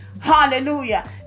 Hallelujah